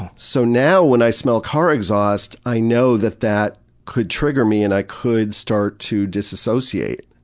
so now, when i smell car exhaust, i know that that could trigger me and i could start to dissociate.